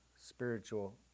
spiritual